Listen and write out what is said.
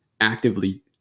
actively